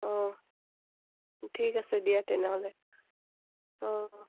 অঁ ঠিক আছে দিয়া তেনেহ'লে অঁ